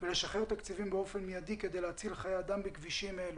ולשחרר תקציבים באופן מידי כדי להציל חיי אדם בכבישים אלו.